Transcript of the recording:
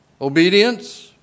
Obedience